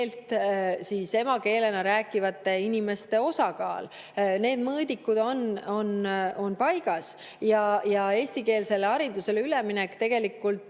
keelt emakeelena rääkivate inimeste osakaal. Need mõõdikud on paigas. Eestikeelsele haridusele üleminek aitab